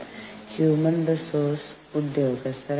അതിനാൽ നിങ്ങൾ ഞങ്ങളോടൊപ്പം ചേരണം